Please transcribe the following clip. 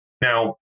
Now